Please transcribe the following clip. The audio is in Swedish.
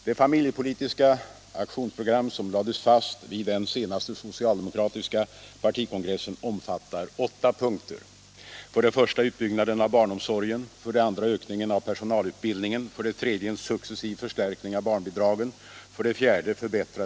Det familjepolitiska aktionsprogram som lades fast på den senaste socialdemokratiska partikongressen omfattar åtta punkter: 7.